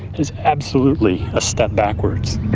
is absolutely a step backwards.